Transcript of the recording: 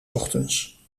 ochtends